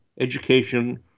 education